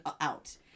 out